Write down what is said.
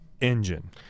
engine